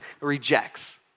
rejects